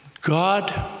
God